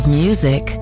music